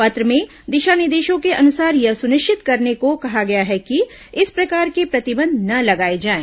पत्र में दिशा निर्देशों के अनुसार यह सुनिश्चित करने को कहा है कि इस प्रकार के प्रतिबंध न लगाए जाएं